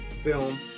film